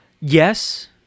Yes